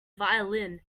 violin